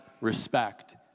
respect